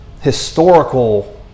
historical